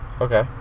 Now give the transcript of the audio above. Okay